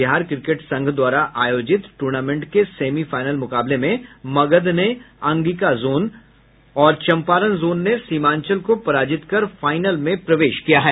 Bihar cricket संघ द्वारा आयोजित टूर्नामेंट के सेमीफाइनल मुकाबले में मगध ने अंगिका जोन को और चंपारण जोन ने सीमांचल को पराजित कर फाइनल में प्रवेश किया है